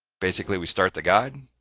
basically we start the guide